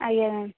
ଆଜ୍ଞା ମ୍ୟାମ୍